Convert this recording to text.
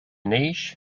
neix